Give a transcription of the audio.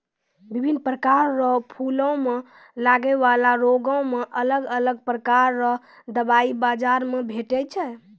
बिभिन्न प्रकार रो फूलो मे लगै बाला रोगो मे अलग अलग प्रकार रो दबाइ बाजार मे भेटै छै